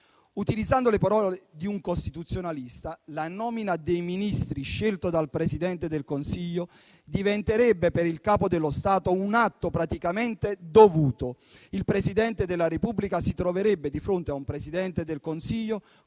Utilizzando le parole di un costituzionalista, la nomina dei Ministri scelti dal Presidente del Consiglio diventerebbe per il Capo dello Stato un atto praticamente dovuto. Il Presidente della Repubblica si troverebbe di fronte a un Presidente del Consiglio